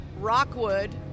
rockwood